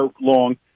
long